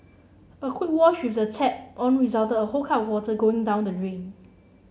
a quick wash with the tap on resulted a whole cup of water going down the rain